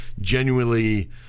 genuinely